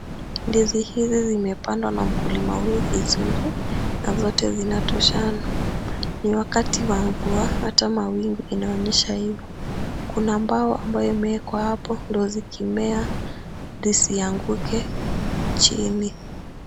Ndizi hizi zimepandwa na mkulima huyu vizuri na zote zinatoshana. Ni wakati wa mvua hata mawingu inaonyesha hivyo. Kuna mbao ambayo imewekwa hapo ndio zikimea zisianguke chini.